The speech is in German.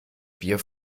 bier